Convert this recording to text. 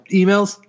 emails